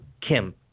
Kim